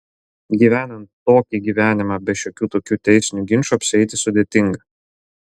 gyvenant tokį gyvenimą be šiokių tokių teisinių ginčų apsieiti sudėtinga